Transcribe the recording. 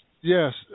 Yes